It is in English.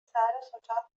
sarasota